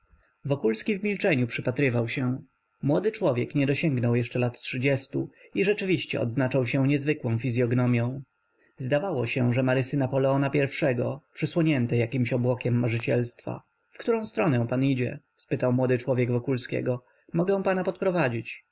w milczeniu przypatrywał się młody człowiek nie dosięgnął jeszcze lat trzydziestu i rzeczywiście odznaczał się niezwykłą fizyognomią zdawało się że ma rysy napoleona pierwszego przysłonięte jakimś obłokiem marzycielstwa w którą stronę pan idzie spytał młody człowiek wokulskiego mogę pana podprowadzić